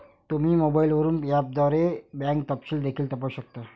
तुम्ही मोबाईलवरून ऍपद्वारे बँक तपशील देखील तपासू शकता